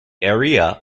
area